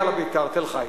יאללה בית"ר, תל-חי.